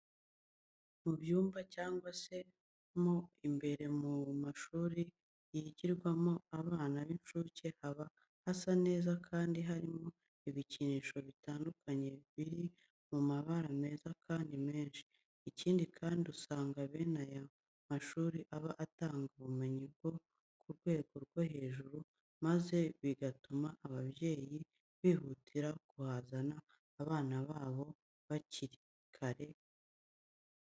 Mu byumba cyangwa se mo imbere mu mashuri yigirwamo n'abana b'incuke, haba hasa neza kandi harimo ibikinisho bitandukanye biri mu mabara meza kandi menshi. Ikindi kandi usanga bene aya mashuri aba atanga ubumenyi bwo ku rwego rwo hejuru, maze bigatuma ababyeyi bihutira kuhazana abana babo hakiri kare.